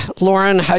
Lauren